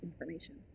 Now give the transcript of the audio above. information